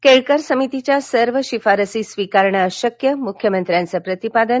केळकर समितीच्या सर्व शिफारसी स्वीकारणं अशक्य मुख्यमंत्र्याचं प्रतिपादन